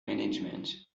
management